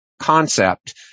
concept